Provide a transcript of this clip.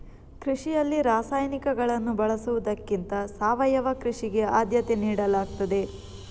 ಕೃಷಿಯಲ್ಲಿ ರಾಸಾಯನಿಕಗಳನ್ನು ಬಳಸುವುದಕ್ಕಿಂತ ಸಾವಯವ ಕೃಷಿಗೆ ಆದ್ಯತೆ ನೀಡಲಾಗ್ತದೆ